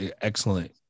excellent